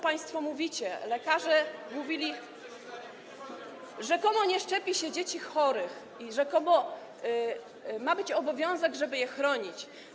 Państwo mówicie, lekarze mówili, że rzekomo nie szczepi się dzieci chorych i rzekomo ma być obowiązek, żeby je chronić.